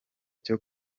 cyo